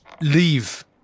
leave